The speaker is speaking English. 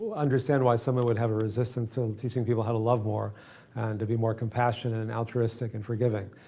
ah understand why someone would have a resistance to um teaching people how to love more and to be more compassionate and altruistic and forgiving.